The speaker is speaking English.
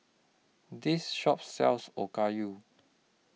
This Shop sells Okayu